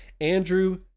Andrew